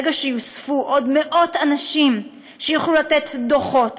ברגע שיוספו עוד מאות אנשים שיוכלו לתת דוחות,